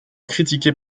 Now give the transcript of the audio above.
critiquée